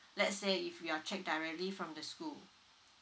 let's say if you are check directly from the school